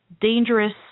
dangerous